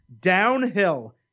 downhill